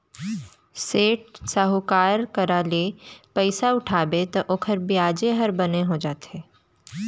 सेठ, साहूकार करा ले पइसा उठाबे तौ ओकर बियाजे ह बने हो जाथे